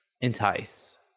Entice